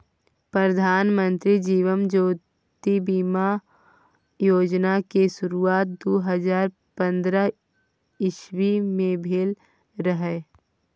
प्रधानमंत्री जीबन ज्योति बीमा योजना केँ शुरुआत दु हजार पंद्रह इस्बी मे भेल रहय